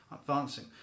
advancing